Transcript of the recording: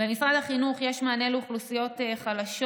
במשרד החינוך יש מענה לאוכלוסיות חלשות